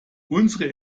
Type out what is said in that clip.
unsere